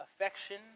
affection